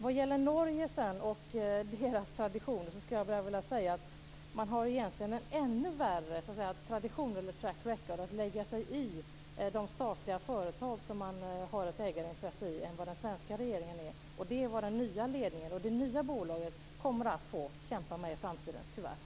Vad gäller Norge och deras traditioner skulle jag bara vilja säga att man där egentligen har en ännu värre tradition, ett värre track record, när det gäller att lägga sig i de statliga företag som man har ett ägarintresse i än vad den svenska regeringen har. Det är vad den nya ledningen och det nya bolaget kommer att få kämpa med i framtiden, tyvärr.